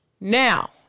Now